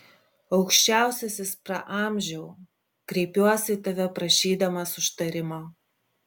aukščiausiasis praamžiau kreipiuosi į tave prašydamas užtarimo